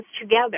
together